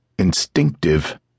instinctive